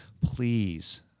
Please